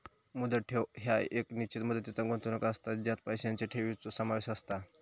मुदत ठेव ह्या एक निश्चित मुदतीचा गुंतवणूक असता ज्यात पैशांचा ठेवीचो समावेश असता